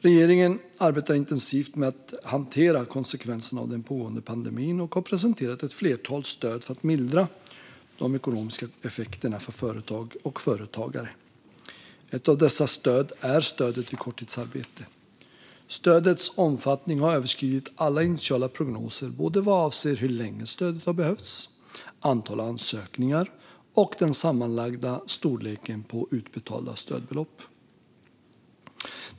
Regeringen arbetar intensivt med att hantera konsekvenserna av den pågående pandemin och har presenterat ett flertal stöd för att mildra de ekonomiska effekterna för företag och företagare. Ett av dessa stöd är stödet vid korttidsarbete. Stödets omfattning har överskridit alla initiala prognoser vad avser både hur länge stödet har behövts, antalet ansökningar och den sammanlagda storleken på utbetalda stödbelopp.